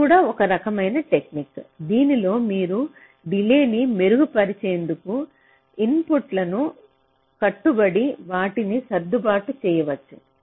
ఇది కూడా ఒక రకమైన టెక్నిక్technique దీనిలో మీరు డిలే న్ని మెరుగుపరిచేందుకు ఇన్పుట్లను కట్టుబడి వాటిని సర్దుబాటు చేయవచ్చు